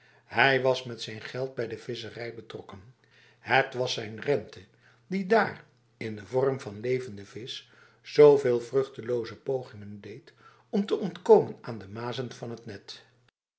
hij was met zijn geld bij de visserij betrokken het was zijn rente die daar in de vorm van levende vis zoveel vruchteloze pogingen deed om te ontkomen aan de mazen van het net